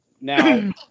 now